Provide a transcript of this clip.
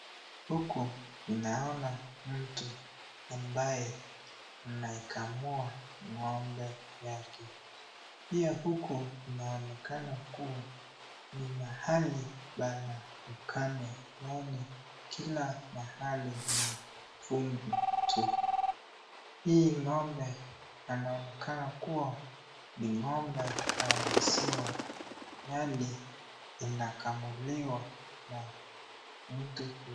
Huku ninaona mtu ambaye anaikamua ng'ombe yake, pia huku inaonekana kuwa ni mahali pana ukame yaani kila mahali ni vumbi tu, hii ng'ombe anaonekana kuwa ni ng'ombe wa maziwa yaani inakamuliwa na mtu huyu.